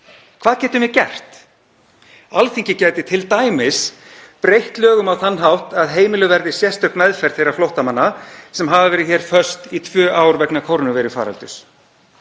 Hvað getum við gert? Alþingi gæti t.d. breytt lögum á þann hátt að heimiluð verði sérstök meðferð þeirra flóttamanna sem hafa verið föst í tvö ár vegna kórónuveirufaraldurs.